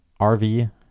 RV